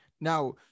Now